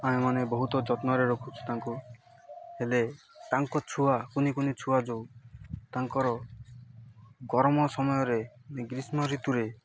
ଆମେମାନେ ବହୁତ ଯତ୍ନରେ ରଖୁଛୁ ତାଙ୍କୁ ହେଲେ ତାଙ୍କ ଛୁଆ କୁନି କୁନି ଛୁଆ ଯେଉଁ ତାଙ୍କର ଗରମ ସମୟରେ ଗ୍ରୀଷ୍ମ ଋତୁରେ